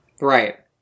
right